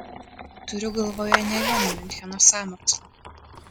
turiu galvoje ne vien miuncheno sąmokslą